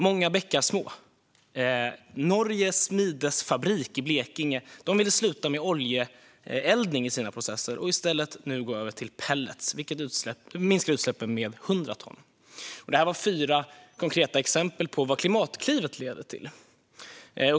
Många bäckar små. Norje Smidesfabrik AB i Blekinge ville sluta med oljeeldning i sina processer och går nu över till pelleteldning, vilket minskar utsläppen med 100 ton. Detta var fyra konkreta exempel på vad Klimatklivet leder till.